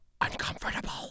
uncomfortable